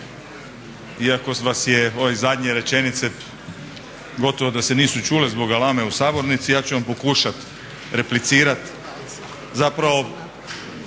iako vas se ove zadnje rečenice gotovo da se nisu čule zbog galame u sabornici ja ću vam pokušat replicirat.